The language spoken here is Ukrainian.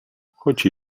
хоч